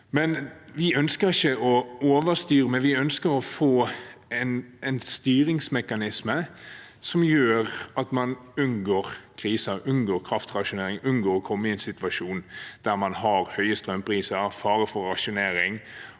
Vi ønsker ikke å overstyre, men vi ønsker å få en styringsmekanisme som gjør at man unngår kriser, unngår kraftrasjonering, unngår å komme i en situasjon der man har høye strømpriser og fare for rasjonering,